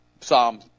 Psalm